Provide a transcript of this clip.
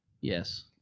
Yes